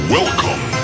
Welcome